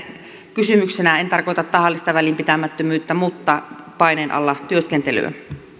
kysymyksenä en tarkoita tahallista välinpitämättömyyttä mutta paineen alla työskentelyä